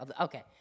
Okay